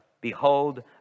Behold